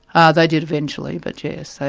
ah they did eventually, but yes.